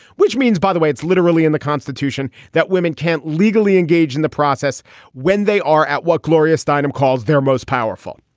which means, by the way, it's literally in the constitution that women can't legally engage in the process when they are at work gloria steinem calls their most powerful.